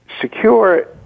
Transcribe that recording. Secure